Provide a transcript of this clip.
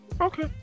Okay